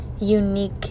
unique